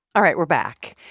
all right. we're back.